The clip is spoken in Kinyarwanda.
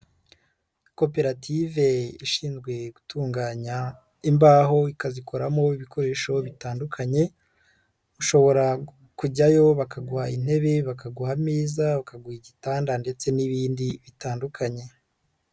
Koperative ishinzwe gutunganya imbaho ikazikoramo ibikoresho bitandukanye, ushobora kujyayo bakaguha intebe, bakaguha ameza, bakaguha igitanda ndetse n'ibindi bitandukanye.